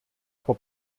può